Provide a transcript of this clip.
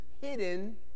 hidden